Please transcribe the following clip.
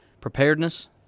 preparedness